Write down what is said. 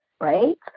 Right